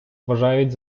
вважають